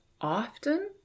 often